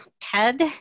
Ted